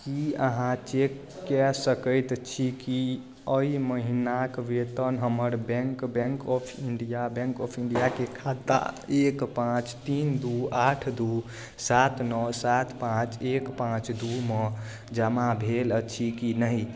की अहाँ चेक कए सकैत छी कि एहि महीनाक वेतन हमर bank bank of India bank of इण्डियाके खाता एक पाँच तीन दू आठ दू सात नओ सात पाँच एक पाँच दू मे जमा भेल अछि की नहि